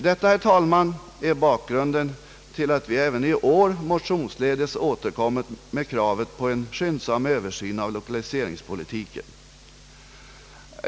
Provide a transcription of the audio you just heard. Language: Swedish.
Detta är bakgrunden, herr talman, till att vi även i år motionsledes återkommer med kravet på en skyndsam översyn av lokaliseringspolitiken.